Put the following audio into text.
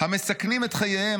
המסכנים את חייהם,